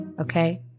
Okay